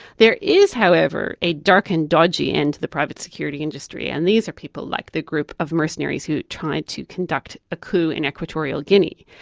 there is, however, a dark and dodgy end to the private security industry, and these are people like the group of mercenaries who tried to conduct a coup in equatorial guinea,